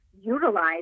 utilize